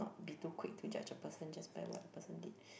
not be too quick to judge a person just by what the person did